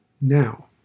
now